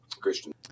Christian